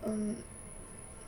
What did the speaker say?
mm